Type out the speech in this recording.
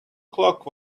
clock